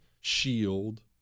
shield